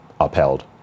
upheld